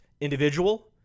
individual